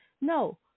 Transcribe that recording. No